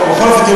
בכל זאת,